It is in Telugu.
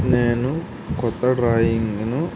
నేను క్రొత్త డ్రాయింగ్ను